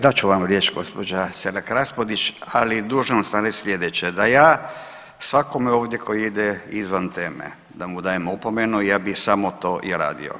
Dat ću vam riječ gospođo Selak-Raspudić ali dužan sam reći sljedeće, da ja svakome ovdje tko ide izvan teme da mu dajem opomenu, jer bih samo to i radio.